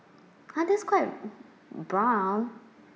!huh! that's quite brown